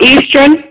Eastern